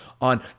on